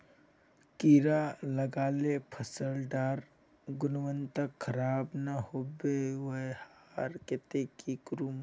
कीड़ा लगाले फसल डार गुणवत्ता खराब ना होबे वहार केते की करूम?